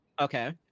Okay